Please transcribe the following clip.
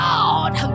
Lord